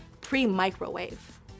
pre-microwave